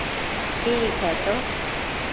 ठीक है तो